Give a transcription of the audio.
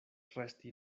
resti